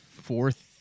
fourth